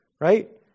right